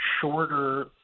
shorter